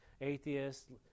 Atheists